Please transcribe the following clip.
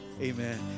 amen